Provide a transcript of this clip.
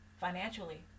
financially